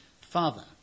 Father